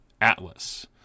Atlas